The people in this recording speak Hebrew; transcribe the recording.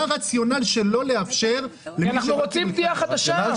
מה הרציונל שלא לאפשר --- אנחנו רוצים קביעה חדשה.